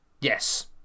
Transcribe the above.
Yes